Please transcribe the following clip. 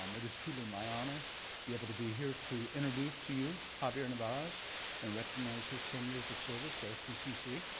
um it is truly my honor to be able to be here today to introduce to you javier nevarez and recognize his ten years of service to sbcc